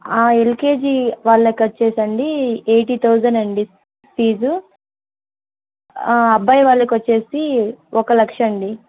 LKG వాళ్ళకి వచ్చేసండి eighty thousand అండి ఫీజు అబ్బాయి వాళ్ళకొచ్చేసి ఒక లక్ష అండి